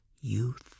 Youth